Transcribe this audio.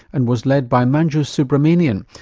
and was led by manju subramanian,